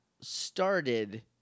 started